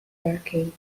backing